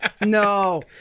No